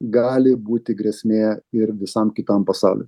gali būti grėsmė ir visam kitam pasauliui